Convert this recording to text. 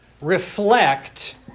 reflect